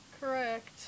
correct